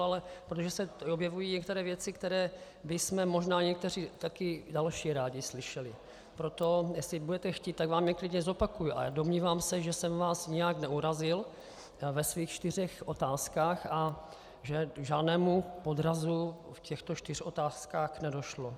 Ale protože se objevují některé věci, které bychom možná někteří také další rádi slyšeli, proto jestli budete chtít, tak vám je klidně zopakuji, ale domnívám se, že jsem vás nijak neurazil ve svých čtyřech otázkách a že k žádnému podrazu v těch čtyřech otázkách nedošlo.